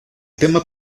tema